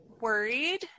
worried